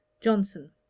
Johnson